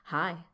Hi